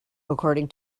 according